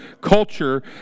culture